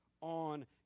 on